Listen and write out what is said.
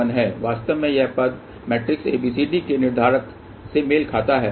वास्तव में यह पद मैट्रिक्स ABCD के निर्धारक से मेल खाता है